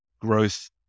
growth